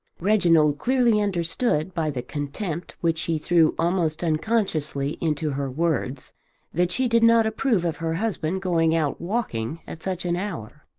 reginald clearly understood by the contempt which she threw almost unconsciously into her words that she did not approve of her husband going out walking at such an hour.